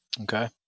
Okay